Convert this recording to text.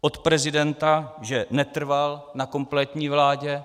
Od prezidenta, že netrval na kompletní vládě.